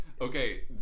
Okay